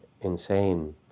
insane